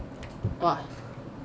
!wah!